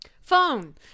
Phone